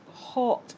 hot